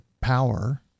power